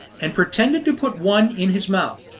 and pretending to put one in his mouth,